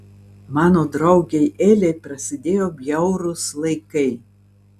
mano draugei elei prasidėjo bjaurūs laikai